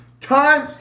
Time